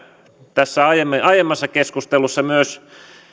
tässä aiemmassa keskustelussa